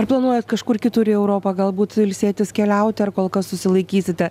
ar planuojat kažkur kitur į europą galbūt ilsėtis keliauti ar kol kas susilaikysite